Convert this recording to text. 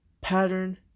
pattern